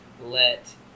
let